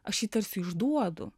aš jį tarsi išduodu